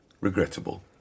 Regrettable